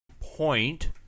point